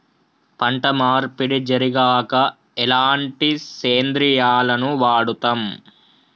పంట మార్పిడి జరిగాక ఎలాంటి సేంద్రియాలను వాడుతం?